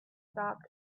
stopped